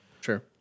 Sure